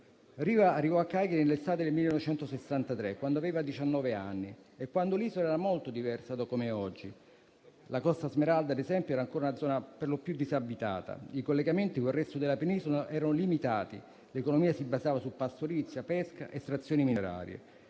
Riva arrivò a Cagliari nell'estate del 1963, quando aveva diciannove anni e l'isola era molto diversa da come è oggi. La Costa Smeralda, ad esempio, era ancora una zona per lo più disabitata; i collegamenti con il resto della penisola erano limitati; l'economia si basava su pastorizia, pesca ed estrazioni minerarie